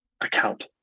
account